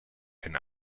ein